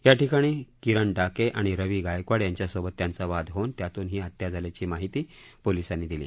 या ठिकाणी किरण डाके आणि रवी गायकवाड यांच्या सोबत त्यांचा वाद होऊन त्यातून ही हत्या झाल्याची माहिती पोलिसांनी दिली